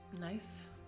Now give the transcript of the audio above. Nice